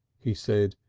he said.